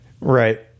Right